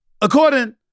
according